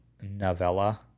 novella